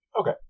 Okay